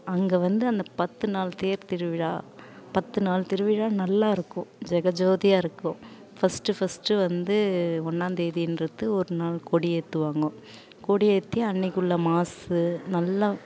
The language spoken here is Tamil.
அங்கே வந்து அந்தப் பத்து நாள் தேர்த் திருவிழா பத்து நாள் திருவிழா நல்லாயிருக்கும் ஜெக ஜோதியாக இருக்கும் ஃபஸ்ட்டு ஃபஸ்ட்டு வந்து ஒன்றாந்தேதின்றது ஒரு நாள் கொடி ஏற்றுவாங்கோ கொடி ஏற்றி அன்றைக்கி உள்ள மாஸு நல்ல